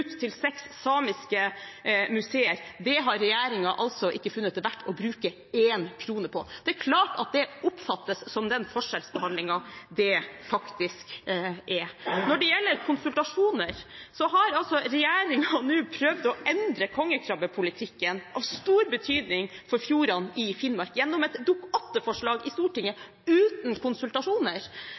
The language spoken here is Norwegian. til seks samiske museer har ikke regjeringen funnet det verdt å bruke én krone på. Det er klart at det oppfattes som den forskjellsbehandlingen det faktisk er. Når det gjelder konsultasjoner, har regjeringen nå prøvd å endre kongekrabbepolitikken, som er av stor betydning for fjordene i Finnmark, gjennom et Dokument 8-forslag i Stortinget, uten konsultasjoner.